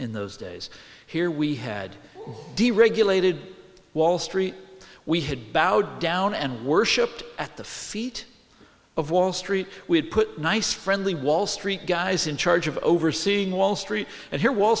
in those days here we had deregulated wall street we had bowed down and worshiped at the feet of wall street we had put nice friendly wall street guys in charge of overseeing wall street and here wall